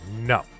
No